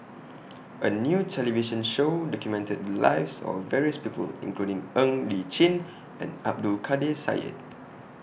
A New television Show documented Lives of various People including Ng Li Chin and Abdul Kadir Syed